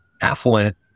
affluent